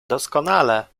doskonale